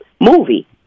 movie